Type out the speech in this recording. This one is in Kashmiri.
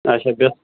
آچھا